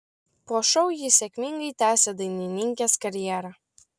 po šou ji sėkmingai tęsė dainininkės karjerą